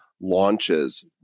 launches